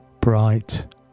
bright